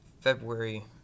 February